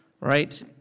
right